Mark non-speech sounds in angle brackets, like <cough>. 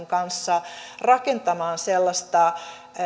<unintelligible> kanssa rakentamaan sellaista